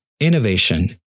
Innovation